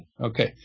okay